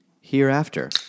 Hereafter